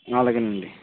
అలాగేనండి